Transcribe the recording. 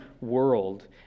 world